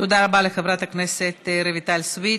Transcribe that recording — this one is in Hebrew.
תודה רבה לחברת הכנסת רויטל סויד.